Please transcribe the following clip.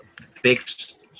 fixed